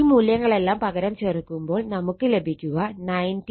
ഈ മൂല്യങ്ങളെല്ലാം പകരം ചേർക്കുമ്പോൾ നമുക്ക് ലഭിക്കുക 19